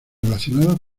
relacionados